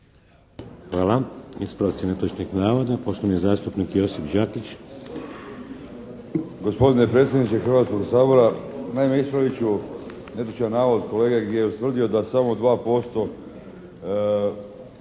Hvala. Ispravci netočnih navoda. Poštovani zastupnik Josip Đakić.